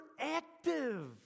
active